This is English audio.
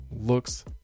looks